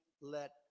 let